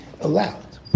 allowed